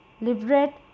Libret